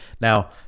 Now